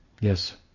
Yes